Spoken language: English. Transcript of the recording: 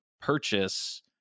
purchase